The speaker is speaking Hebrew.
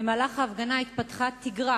במהלך ההפגנה התפתחה תגרה,